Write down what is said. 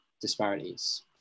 disparities